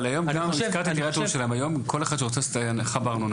אבל היום אפילו כל מי שרוצה הנחה בארנונה